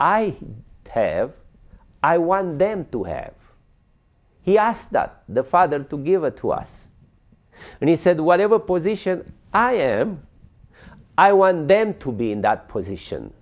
i have i want them to have he asked that the father to give it to us and he said whatever position i am i want them to be in that position